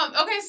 Okay